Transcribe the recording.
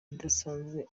idasanzwe